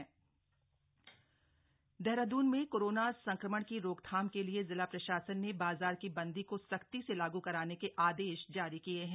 स्राप्ताहिक बंदी देहराद्न में कोरोना संक्रमण की रोकथाम के लिए जिला प्रशासन ने बाजार की बंदी को सख्ती से लागू कराने के आदेश जारी किए हैं